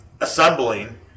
assembling